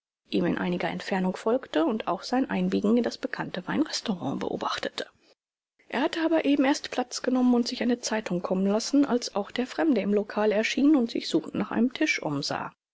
ihm in einiger entfernung folgte und auch sein einbiegen in das bekannte weinrestaurant beobachtete er hatte aber eben erst platz genommen und sich eine zeitung kommen lassen als auch der fremde im lokal erschien und sich suchend nach einem tisch umsah